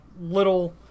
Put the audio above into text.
little